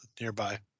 nearby